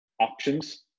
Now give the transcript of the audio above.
options